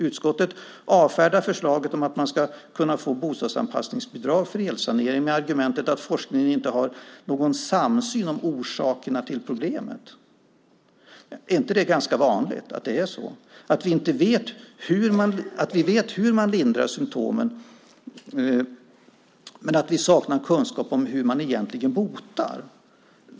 Utskottet avfärdar förslaget om att man ska kunna få bostadsanpassningsbidrag för elsanering med argumentet att forskningen inte har någon samsyn om orsakerna till problemet. Är det inte ganska vanligt att vi vet hur man lindrar symtomen men saknar kunskap om hur man egentligen botar?